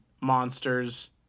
monsters